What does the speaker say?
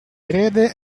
erede